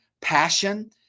passion